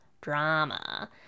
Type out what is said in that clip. drama